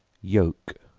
yoke,